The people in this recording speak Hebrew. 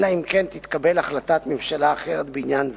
אלא אם כן תתקבל החלטת ממשלה אחרת בעניין זה,